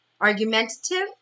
Argumentative